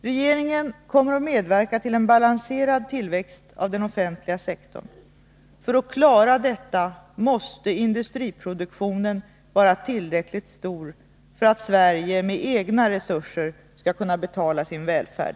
Regeringen kommer att medverka till en balanserad tillväxt av den offentliga sektorn. För att klara detta måste industriproduktionen vara tillräckligt stor, om Sverige med egna resurser skall kunna betala sin välfärd.